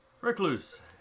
Recluse